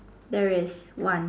there is one